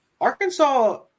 Arkansas